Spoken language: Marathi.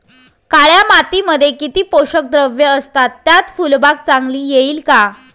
काळ्या मातीमध्ये किती पोषक द्रव्ये असतात, त्यात फुलबाग चांगली येईल का?